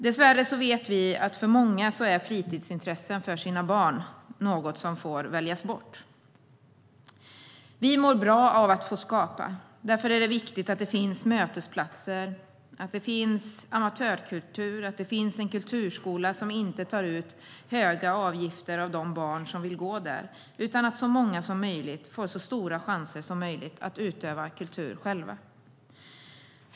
Dessvärre vet vi att för många är fritidsintressen för sina barn något som får väljas bort. Vi mår bra av att få skapa. Därför är det viktigt att det finns mötesplatser, amatörkultur och en kulturskola som inte tar ut höga avgifter av de barn som vill gå där utan att så många som möjligt får så stora chanser som möjligt att utöva kultur själva.